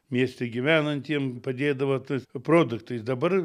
mieste gyvenantiem padėdavo tais produktais dabar